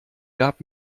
gab